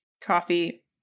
coffee